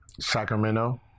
Sacramento